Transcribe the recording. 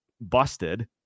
busted